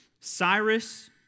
Cyrus